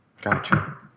Gotcha